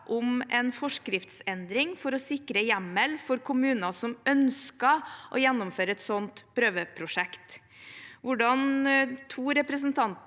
om en forskriftsendring for å sikre hjemmel for kommuner som ønsket å gjennomføre et sånt prøveprosjekt. Hvordan to representanter